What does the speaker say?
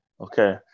Okay